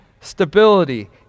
stability